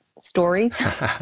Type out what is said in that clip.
stories